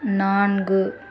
நான்கு